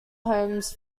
homes